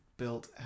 built